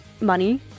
money